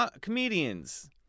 comedians